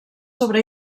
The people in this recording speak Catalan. sobre